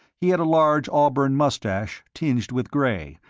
he had a large auburn moustache tinged with gray,